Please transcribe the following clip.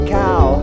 cow